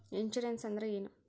Insurance ಅಂದ್ರ ಏನು?